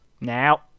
Now